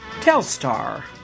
Telstar